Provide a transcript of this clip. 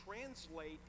translate